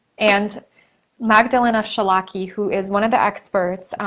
and magdalena wszelaki, who is one of the experts,